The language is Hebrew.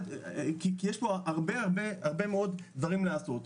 כי יש פה הרבה מאוד דברים לעשות.